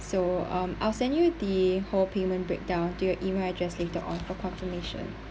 so um I'll send you the whole payment breakdown to your email address later on for confirmation